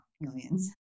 millions